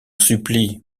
supplie